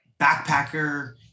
backpacker